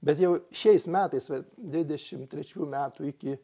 bet jau šiais metais va dvidešimt trečių metų iki